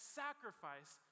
sacrifice